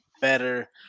better